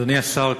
אדוני השר,